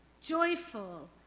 joyful